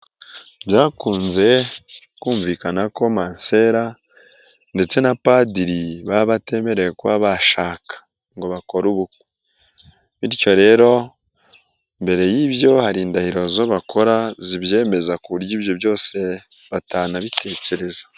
Byakunze kumvikana ko mansera ndetse na padiri baba batemerewe kuba bashaka ngo bakore ubukwe, bityo rero mbere y'ibyo hari indahiro zo bakora zibyemeza ku buryo ibyo byose batanabitekereza.